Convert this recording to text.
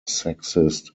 sexist